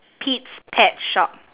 pete's pet shop